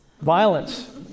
Violence